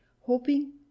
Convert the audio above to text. hoping